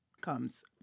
comes